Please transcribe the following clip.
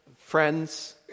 friends